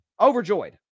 Overjoyed